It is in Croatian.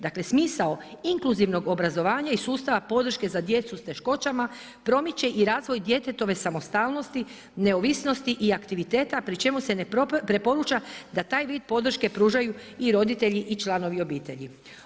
Dakle, smisao inkluzivnog obrazovanja i sustava podrške za djecu s teškoćama, promiče i razvoj djetetove samostalnosti, neovisnosti i aktiviteta, pri čemu se ne preporuča, da taj vid podrške pružaju i roditelji i članovi obitelji.